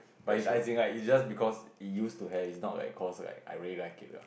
but it's as in like it's just because it used to have it's not like cause like I really like it lah